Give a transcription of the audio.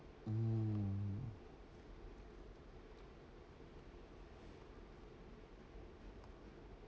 mm